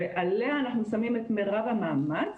ועליה אנחנו שמים את מרב המאמץ.